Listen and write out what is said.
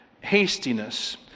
Hastiness